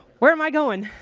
where am i going?